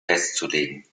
festzulegen